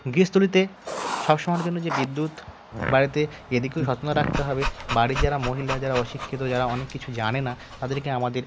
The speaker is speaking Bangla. গৃহস্থালীতে সব সময়ের জন্য যে বিদ্যুৎ বাড়িতে এদিকেও সচেতনতা রাখতে হবে বাড়ির যারা মহিলা যারা অশিক্ষিত যারা অনেক কিছু জানে না তাদেরকে আমাদের